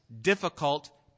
difficult